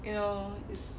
you know it's